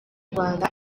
rwanda